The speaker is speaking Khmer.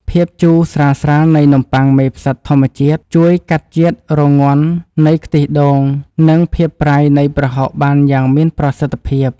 ភាពជូរស្រាលៗនៃនំប៉័ងមេផ្សិតធម្មជាតិជួយកាត់ជាតិរងាន់នៃខ្ទិះដូងនិងភាពប្រៃនៃប្រហុកបានយ៉ាងមានប្រសិទ្ធភាព។